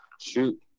shoot